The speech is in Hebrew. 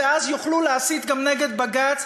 ואז יוכלו להסית גם נגד בג"ץ.